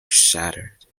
shattered